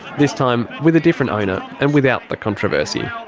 this time with a different owner. and without the controversy.